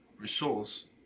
resource